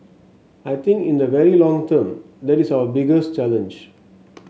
I think in the very long term that is our biggest challenge